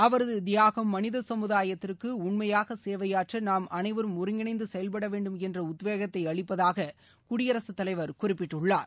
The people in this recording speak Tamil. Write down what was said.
அவரது தியாகம் மனித சமுதாயத்திற்கு உண்மையாக சேவையாற்ற நாம் அனைவரும் ஒருங்கிணைந்து செயல்பட வேண்டும் என்ற உத்வேகத்தை அளிப்பதாக குடியரசுத்தலைவர் குறிப்பிட்டுள்ளார்